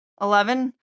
Eleven